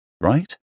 Right